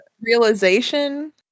realization